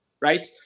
right